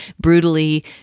brutally